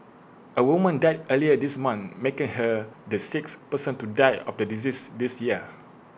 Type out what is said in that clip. A woman died earlier this month making her the sixth person to die of the disease this year